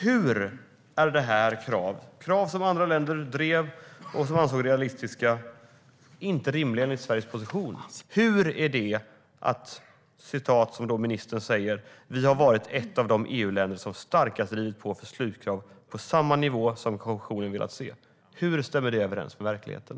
Hur kan de krav som andra länder drev och som ansågs realistiska inte vara rimliga enligt Sveriges position? Hur kan det vara detsamma som att "Sverige har varit ett av de EU-länder som starkast drivit på för slutkrav på samma strikta nivå som kommissionen velat se"? Hur stämmer det överens med verkligheten?